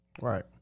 Right